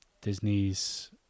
Disney's